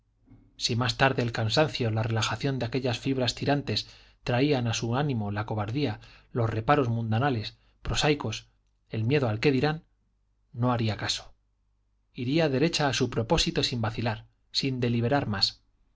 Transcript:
si más tarde el cansancio la relajación de aquellas fibras tirantes traían a su ánimo la cobardía los reparos mundanales prosaicos el miedo al qué dirán no haría caso iría derecha a su propósito sin vacilar sin deliberar más